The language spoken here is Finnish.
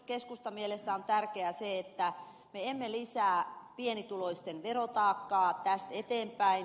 keskustan mielestä on tärkeää se että me emme lisää pienituloisten verotaakkaa tästä eteenpäin